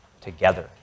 together